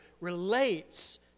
relates